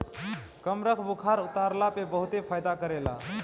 कमरख बुखार उतरला में बहुते फायदा करेला